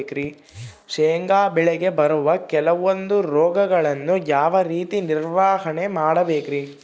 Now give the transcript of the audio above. ಶೇಂಗಾ ಬೆಳೆಗೆ ಬರುವ ಕೆಲವೊಂದು ರೋಗಗಳನ್ನು ಯಾವ ರೇತಿ ನಿರ್ವಹಣೆ ಮಾಡಬೇಕ್ರಿ?